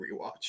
rewatch